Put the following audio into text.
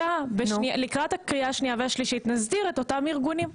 לקראת הקריאה השנייה והשלישית נסדיר את אותם ארגונים,